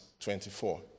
24